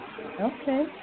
Okay